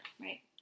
Right